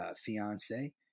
fiance